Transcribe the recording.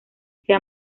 sea